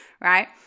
right